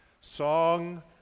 Song